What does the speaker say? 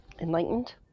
Enlightened